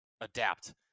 adapt